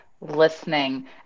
listening